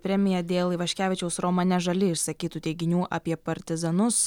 premiją dėl ivaškevičiaus romane žali išsakytų teiginių apie partizanus